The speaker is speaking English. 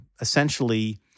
essentially